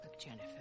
Jennifer